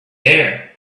there